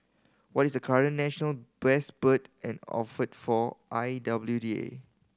what is the current national best bird and offer for I W D A